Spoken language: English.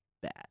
bad